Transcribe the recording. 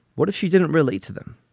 what if she didn't really to them?